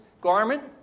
garment